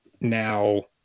Now